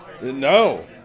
No